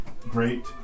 great